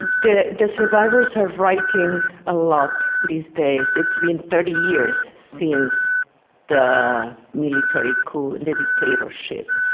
the the survivors are writing a lot these days. it's been thirty years since the military coup, the dictatorship.